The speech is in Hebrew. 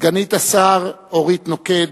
סגנית השר אורית נוקד,